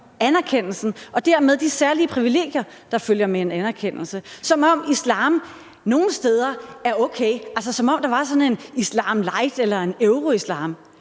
anerkendelsen og dermed de særlige privilegier, der følger med en anerkendelse, som om islam nogle steder er okay, som om der var en islam light eller euroislam.